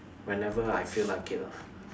whenever I feel like it lah